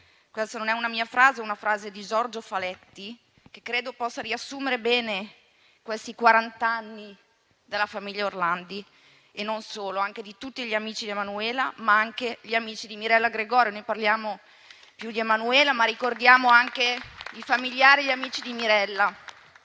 Questa frase non è mia, ma di Giorgio Faletti e credo che possa riassumere bene questi quarant'anni della famiglia Orlandi e non solo, anche di tutti gli amici di Emanuela e di Mirella Gregori. Noi parliamo più di Emanuela, ma ricordiamo anche i familiari e gli amici di Mirella.